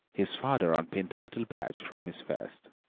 his father unpinned the little badge from his vest,